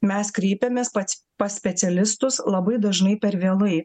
mes kreipiamės pats pas specialistus labai dažnai per vėlai